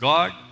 God